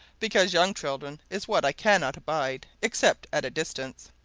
because young children is what i cannot abide except at a distance.